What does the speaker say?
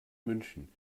münchen